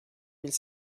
mille